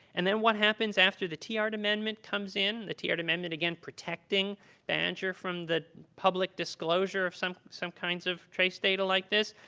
and then what happens after the tiahrt amendment comes in? the tiahrt amendment, again, protecting badger from the public disclosure of some some kinds of trace data like this.